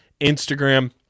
Instagram